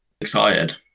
Excited